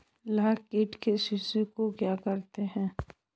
लाख कीट के शिशु को क्या कहते हैं?